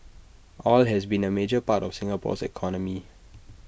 oil has long been A major part of Singapore's economy